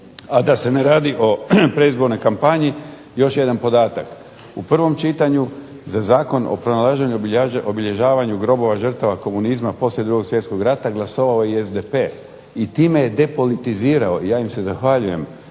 A da se ne radi o predizbornoj kampanji još jedan podatak. u prvom čitanju za Zakon o pronalaženju i obilježavanju grobova žrtava komunizma poslije 2. svjetskog rata glasovao je i SDP i time je depolitizirao i ja im se zahvaljujem,